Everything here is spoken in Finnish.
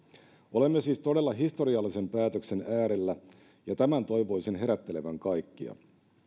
olemme siis todella historiallisen päätöksen äärellä ja tämän toivoisin herättelevän kaikkia